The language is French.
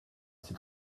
c’est